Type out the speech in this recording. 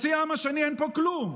חצי העם השני אין פה כלום.